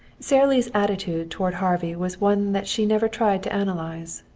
sara lee's attitude toward harvey was one that she never tried to analyze.